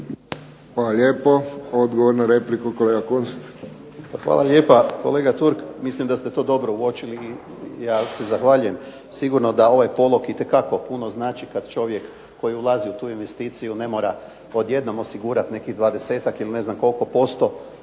Hvala lijepo. Odgovor na repliku kolega Kunst. **Kunst, Boris (HDZ)** Hvala lijepa. Kolega Turk, mislim da ste to dobro uočili i ja se zahvaljujem. Sigurno da ovaj polog itekako puno znači kad čovjek koji ulazi u tu investiciju ne mora odjednom osigurati nekih dvadesetak ili ne znam koliko posto